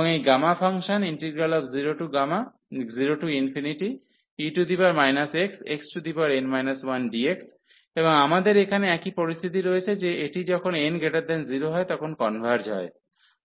এবং এই gamma function 0e xxn 1dx এবং আমাদের এখানে একই পরিস্থিতি রয়েছে যে এটি যখন n 0 হয় তখন কনভার্জ হয়